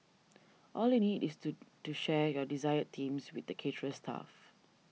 all you need is to to share your desired themes with the caterer's staff